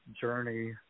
journey